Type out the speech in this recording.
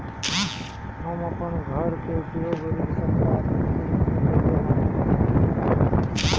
हम अपन घर के उपयोग ऋण संपार्श्विक के रूप में कईले बानी